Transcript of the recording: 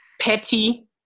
petty